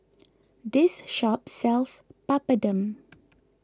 this shop sells Papadum